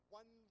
one